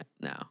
now